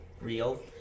real